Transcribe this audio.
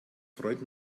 freund